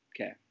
Okay